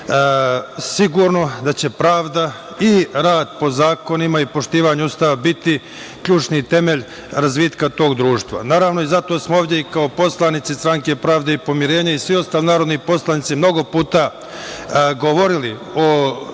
sigurno da će pravda i rad po zakonima i poštovanju Ustava biti ključni temelj razvitka tog društva. Naravno i zato smo ovde kao poslanici Stranke pravde i pomirenja i svi ostali narodni poslanici mnogo puta govorili o